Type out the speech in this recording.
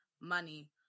money